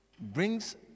brings